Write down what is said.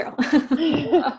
true